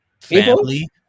family